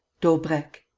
daubrecq,